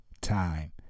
time